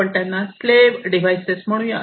आपण त्यांना slave devices म्हणूया